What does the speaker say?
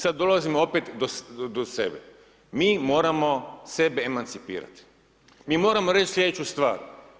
Sad dolazimo opet do sebe, mi moramo sebe emancipirati mi moramo reći slijedeću stvar.